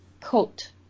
coat